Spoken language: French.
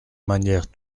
manière